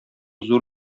зур